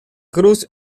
cruz